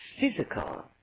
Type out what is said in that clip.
physical